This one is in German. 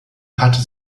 hatte